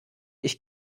ich